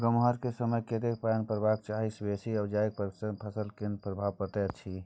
गम्हरा के समय मे कतेक पायन परबाक चाही आ बेसी भ जाय के पश्चात फसल पर केना प्रभाव परैत अछि?